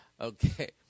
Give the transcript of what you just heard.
okay